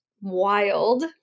wild